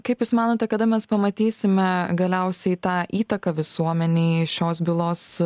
kaip jūs manote kada mes pamatysime galiausiai tą įtaką visuomenei šios bylos